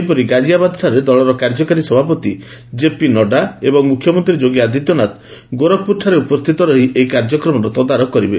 ସେହିପରି ଗାଜିଆବାଦଠାରେ ଦଳର କାର୍ଯ୍ୟକାରୀ ସଭାପତି ଜେପି ନଡ଼ା ଏବଂ ମୁଖ୍ୟମନ୍ତ୍ରୀ ଯୋଗୀ ଆଦିତ୍ୟନାଥ ଗୋରଖପୁରଠାରେ ଉପସ୍ଥିତ ରହି ଏହି କାର୍ଯ୍ୟକ୍ମର ତଦାରଖ କରିବେ